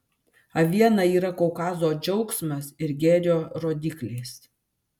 aviena yra kaukazo džiaugsmas ir gėrio rodiklis